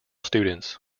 students